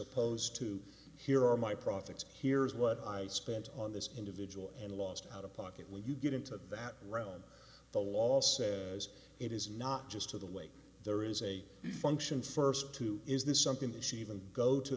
opposed to here are my profits here is what i spent on this individual and lost out of pocket when you get into that realm of the law say it is not just to the way there is a function first to is this something that she even go to